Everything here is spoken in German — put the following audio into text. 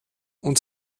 und